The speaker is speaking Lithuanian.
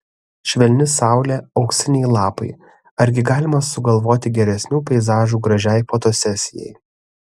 švelni saulė auksiniai lapai argi galima sugalvoti geresnių peizažų gražiai fotosesijai